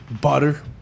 Butter